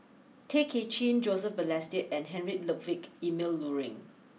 Tay Kay Chin Joseph Balestier and Heinrich Ludwig Emil Luering